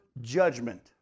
judgment